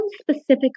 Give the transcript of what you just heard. specific